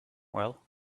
well